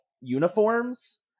uniforms